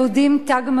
"תג מחיר".